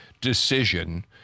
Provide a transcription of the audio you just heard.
decision